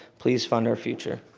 please fund our future.